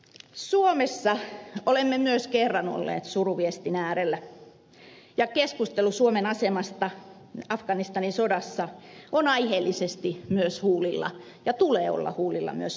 suomessa olemme myös kerran olleet suruviestin äärellä ja keskustelu suomen asemasta afganistanin sodassa on aiheellisesti myös huulilla ja sen tulee olla huulilla myös nyt